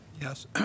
Yes